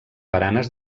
baranes